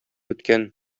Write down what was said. үткән